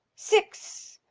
six.